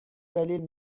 دلیل